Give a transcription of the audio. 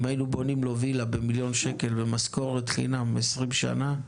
אם היינו בונים לו וילה ב-1,000,000 ₪ ונותנים משכורת חינם ל-20 שנה,